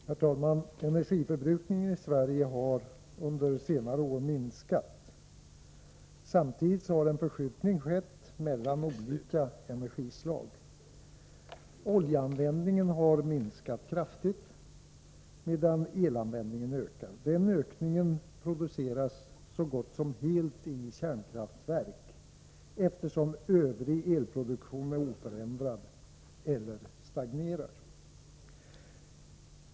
Herr talman! Energiförbrukningen i Sverige har under senare år minskat. Samtidigt har en förskjutning skett mellan olika energislag. Oljeanvändningen har minskat kraftigt medan elanvändningen ökar. Den ökningen produceras så gott som helt i kärnkraftverk, eftersom övrig elproduktion är oförändrad eller stagnerar.